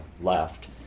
left